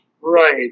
Right